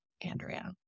Andrea